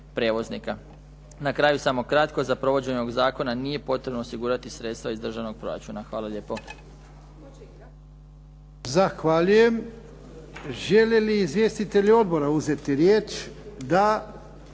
Na kraju samo kratko, za provođenje ovog zakona nije potrebno osigurati sredstva iz državnog proračuna. Hvala lijepo.